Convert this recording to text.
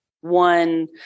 one